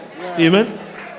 amen